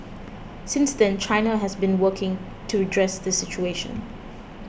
since then China has been working to redress this situation